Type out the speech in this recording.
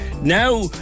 now